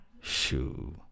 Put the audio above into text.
shoo